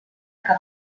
que